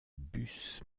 bus